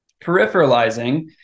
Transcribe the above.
Peripheralizing